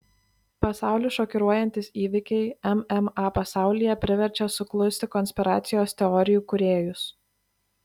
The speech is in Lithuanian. pasaulį šokiruojantys įvykiai mma pasaulyje priverčia suklusti konspiracijos teorijų kūrėjus